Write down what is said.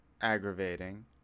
aggravating